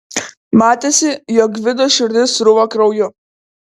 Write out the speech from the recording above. matėsi jog gvido širdis sruvo krauju